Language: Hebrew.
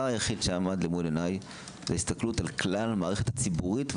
היחיד שעמד מול עיניי היה ההסתכלות על כלל המערכת הציבורית.